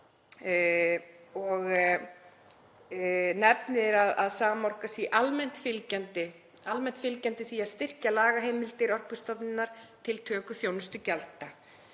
og nefnir að Samorka sé almennt fylgjandi því að styrkja lagaheimildir Orkustofnunar til töku þjónustugjalda.